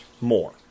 more